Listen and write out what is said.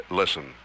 listen